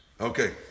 Okay